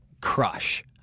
Crush